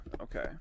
okay